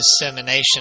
dissemination